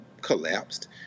collapsed